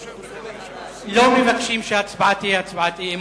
לא מבקשים שההצבעה תהיה הצבעת אי-אמון.